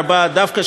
הרבה דווקא,